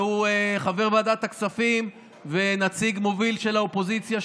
שהוא חבר ועדת הכספים ונציג מוביל של האופוזיציה,